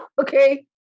Okay